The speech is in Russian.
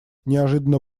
неожиданно